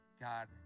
God